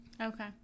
Okay